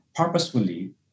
Purposefully